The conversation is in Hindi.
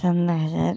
सब महिलाएँ